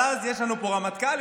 אבל יש לנו פה רמטכ"לים,